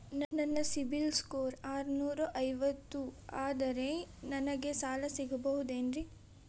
ನನ್ನ ಸಿಬಿಲ್ ಸ್ಕೋರ್ ಆರನೂರ ಐವತ್ತು ಅದರೇ ನನಗೆ ಸಾಲ ಸಿಗಬಹುದೇನ್ರಿ?